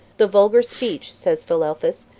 the vulgar speech, says philelphus,